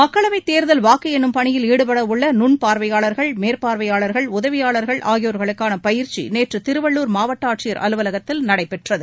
மக்களவைத் தேர்தல் வாக்கு எண்ணும் பணியில் ஈடுபட உள்ள நுண்பா்வையாள்கள் மேற்பார்வையாளர்கள் உதவியாளர்கள் ஆகியோருக்கான பயிற்சி நேற்று திருவள்ளூர் மாவட்ட ஆட்சியர் அலுவலகத்தில் நடைபெற்றது